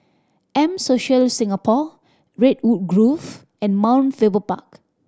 M Social Singapore Redwood Grove and Mount Faber Park